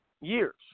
years